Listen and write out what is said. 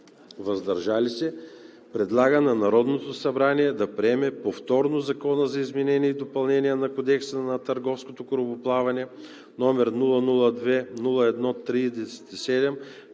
без „против“ предлага на Народното събрание да приеме повторно Закон за изменение и допълнение на Кодекса на търговското корабоплаване, № 002-01-37,